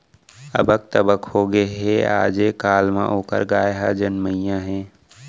अबक तबक होगे हे, आजे काल म ओकर गाय ह जमनइया हे